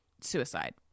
suicide